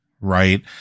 Right